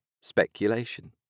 speculation